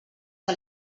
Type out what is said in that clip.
que